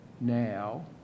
now